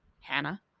Hannah